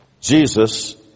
Jesus